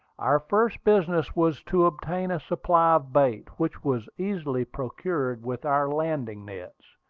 our first business was to obtain a supply of bait, which was easily procured with our landing-nets,